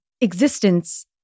existence